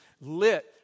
lit